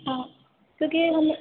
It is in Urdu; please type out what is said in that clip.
ہاں کیونکہ ہم